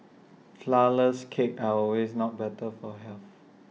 Flourless Cakes are not always better for health